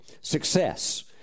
Success